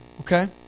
okay